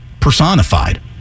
personified